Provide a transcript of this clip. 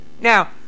Now